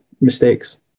mistakes